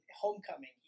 Homecoming